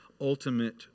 ultimate